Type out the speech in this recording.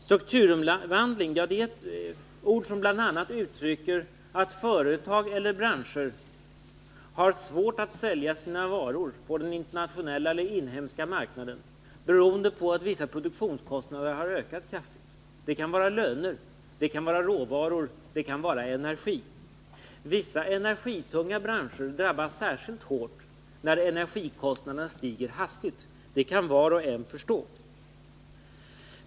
Strukturomvandling är ett ord som bl.a. uttrycker att företag eller branscher har svårt att sälja sina varor på den internationella eller inhemska marknaden, därför att vissa produktionskostnader har ökat kraftigt. Det kan vara löner, råvaror eller energi. Vissa energitunga branscher drabbas särskilt hårt när energikostnaderna stiger hastigt. Det kan var och en förstå.